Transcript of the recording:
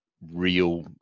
real